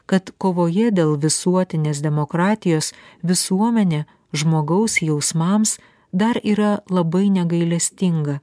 kad kovoje dėl visuotinės demokratijos visuomenė žmogaus jausmams dar yra labai negailestinga